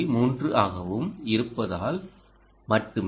3 ஆகவும் இருப்பதால் மட்டுமே